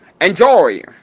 Enjoy